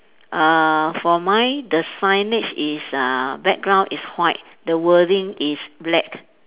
uh for mine the signage is uh background is white the wording is black